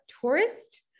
tourist